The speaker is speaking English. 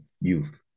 youth